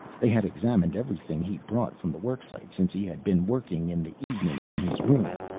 they had examined everything he brought from the worksite, since he had been working in the evenings in his room,